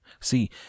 See